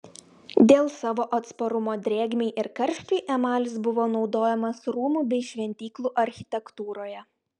dėl savo atsparumo drėgmei ir karščiui emalis buvo naudojamas rūmų bei šventyklų architektūroje